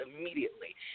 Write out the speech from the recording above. immediately